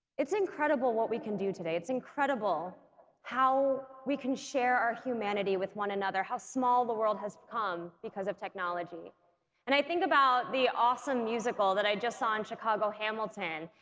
it's incredible what we can do today it's incredible how we can share our humanity with one another how small the world has become because of technology and i think about the awesome musical that i just saw in chicago, hamilton,